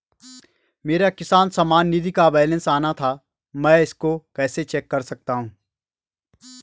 मेरा किसान सम्मान निधि का बैलेंस आना था मैं इसको कैसे चेक कर सकता हूँ?